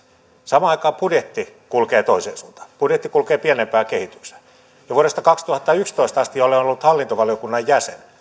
samaan aikaan budjetti kulkee toiseen suuntaan budjetti kulkee pienempään kehitykseen jo vuodesta kaksituhattayksitoista asti olen ollut hallintovaliokunnan jäsen